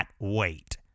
wait